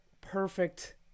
perfect